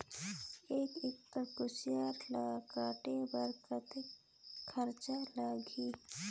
एक एकड़ कुसियार ल काटे बर कतेक खरचा लगही?